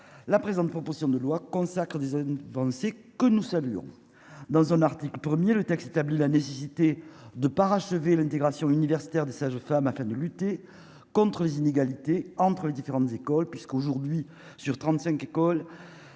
la présente proposition de loi consacrent dizaines penser que nous saluons, dans un article 1er le texte établit la nécessité de parachever l'intégration universitaire des sages-femmes afin de lutter contre les inégalités entre les différentes écoles puisqu'aujourd'hui, sur 35 écoles